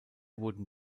wurden